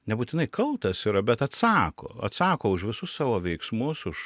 nebūtinai kaltas yra bet atsako atsako už visus savo veiksmus už